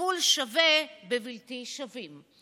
מטיפול שווה בבלתי שווים.